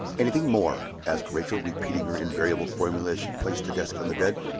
anything more? asked rachel, repeating her invariable formula as she placed the desk on the bed.